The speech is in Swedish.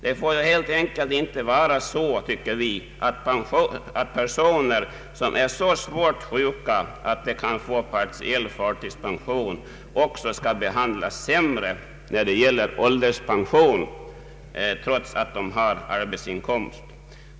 Det får helt enkelt inte vara så, tycker vi, att personer som är så svårt sjuka att de kan få partiell förtidspension skall behandlas sämre när det gäller ålderspension, trots att de har arbetsinkomst.